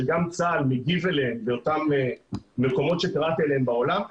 שגם צה"ל מגיב אליהם באותם מקומות שקראתי עליהם בעולם,